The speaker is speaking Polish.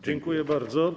Dziękuję bardzo.